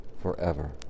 forever